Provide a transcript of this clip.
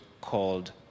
called